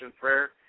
prayer